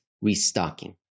restocking